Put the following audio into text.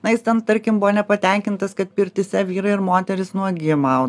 na jis ten tarkim buvo nepatenkintas kad pirtyse vyrai ir moterys nuogi mau